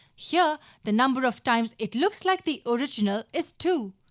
here, the number of times it looks like the original is two.